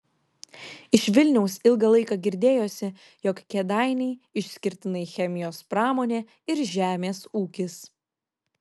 iš vilniaus ilgą laiką girdėjosi jog kėdainiai išskirtinai chemijos pramonė ir žemės ūkis